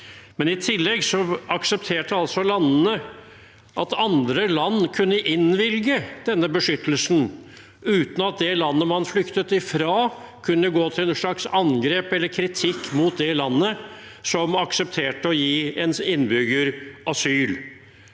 til asyl) aksepterte landene at andre land kunne innvilge denne beskyttelsen uten at det landet de flyktet fra, kunne gå til et slags angrep eller kritikk mot det landene som aksepterte å gi ens innbygger asyl.